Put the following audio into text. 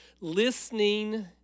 Listening